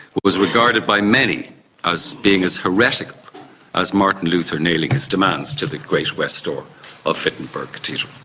was regarded by many as being as heretical as martin luther nailing his demands to the great west door of wittenberg cathedral.